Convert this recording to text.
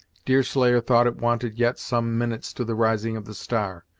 deerslayer thought it wanted yet some minutes to the rising of the star,